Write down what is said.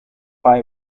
pie